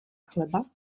chleba